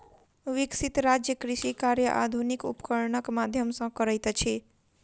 विकसित राज्य कृषि कार्य आधुनिक उपकरणक माध्यम सॅ करैत अछि